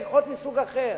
שיחות מסוג אחר.